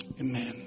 amen